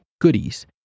goodies